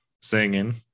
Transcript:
singing